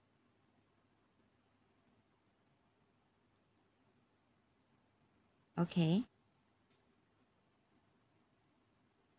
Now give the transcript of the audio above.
okay